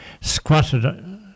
squatted